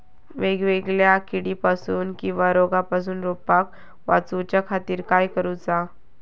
वेगवेगल्या किडीपासून किवा रोगापासून रोपाक वाचउच्या खातीर काय करूचा?